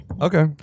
Okay